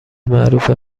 معروفه